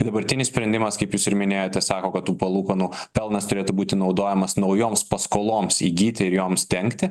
dabartinis sprendimas kaip jūs ir minėjote sako kad tų palūkanų pelnas turėtų būti naudojamas naujoms paskoloms įgyti ir joms dengti